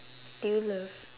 do you love